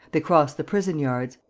they crossed the prison-yards.